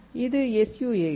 இது SU 8